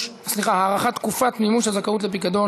הארכת תקופת מימוש הזכאות לפיקדון),